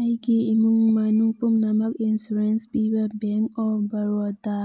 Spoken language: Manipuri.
ꯑꯩꯒꯤ ꯏꯃꯨꯡ ꯃꯅꯨꯡ ꯄꯨꯝꯅꯃꯛ ꯏꯟꯁꯨꯔꯦꯟꯁ ꯄꯤꯕ ꯕꯦꯡ ꯑꯣꯐ ꯕꯔꯣꯗꯥ